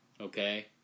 okay